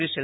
ગ્રી સે